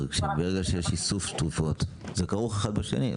שברגע שיש איסוף תרופות זה כרוך אחד בשני,